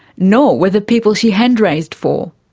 nor were the people she hand raised for.